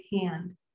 hand